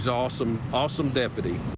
was awesome awesome deputy.